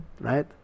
right